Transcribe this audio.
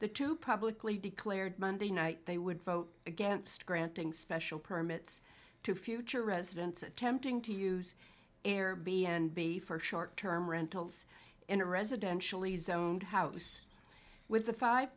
the two publicly declared monday night they would vote against granting special permits to future residents attempting to use air b n b for short term rentals in a residentially zoned house with the five